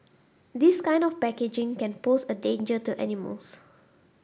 this kind of packaging can pose a danger to animals